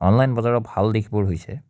online বজাৰৰ ভাল দিশবোৰ হৈছে